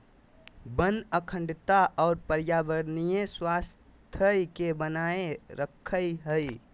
वन अखंडता और पर्यावरणीय स्वास्थ्य के बनाए रखैय हइ